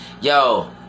Yo